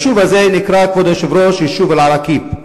היישוב הזה נקרא, כבוד היושב-ראש, אל-עראקיב.